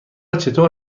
چطور